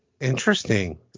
Interesting